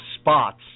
spots